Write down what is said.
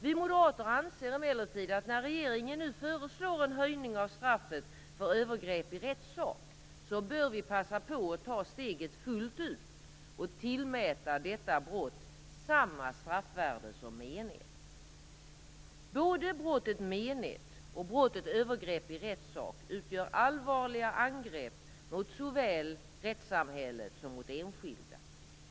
Vi moderater anser emellertid att när regeringen nu föreslår en höjning av straffet för övergrepp i rättssak bör vi passa på att ta steget fullt ut och tillmäta detta brott samma straffvärde som mened. Både brottet mened och brottet övergrepp i rättssak utgör allvarliga angrepp mot såväl rättssamhället som enskilda.